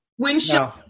Windshield